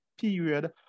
period